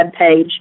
webpage